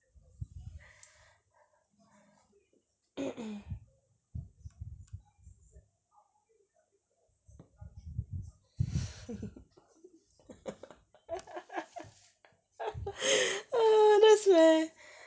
that's leh